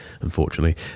unfortunately